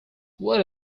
what